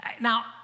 Now